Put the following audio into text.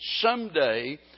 someday